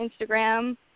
Instagram